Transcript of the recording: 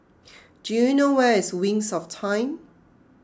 do you know where is Wings of Time